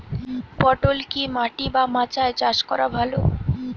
পটল কি মাটি বা মাচায় চাষ করা ভালো?